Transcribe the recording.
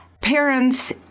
Parents